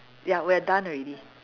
ya we're done already